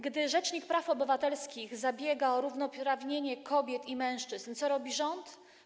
Gdy rzecznik praw obywatelskich zabiega o równouprawnienie kobiet i mężczyzn, co robi rząd?